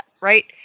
right